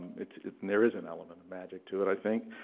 it's there is an element of magic to it, i think.